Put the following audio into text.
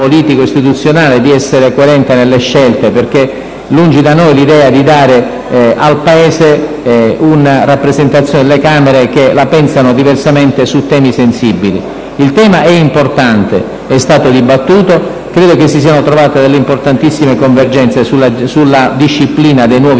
politico, istituzionale di essere coerente nelle scelte, perché lungi da noi l'idea di dare al Paese una rappresentazione delle Camere che la pensano diversamente su temi sensibili. Il tema è importante, è stato dibattuto, e ritengo si siano trovate importantissime convergenze sulla disciplina dei nuovi